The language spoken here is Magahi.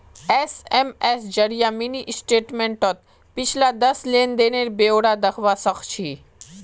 एस.एम.एस जरिए मिनी स्टेटमेंटत पिछला दस लेन देनेर ब्यौरा दखवा सखछी